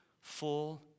Full